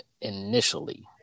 initially